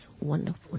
wonderful